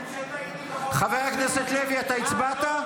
חבר הכנסת לוי, אתה הצבעת?